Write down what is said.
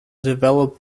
develop